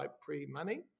pre-money